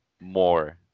more